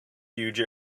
huge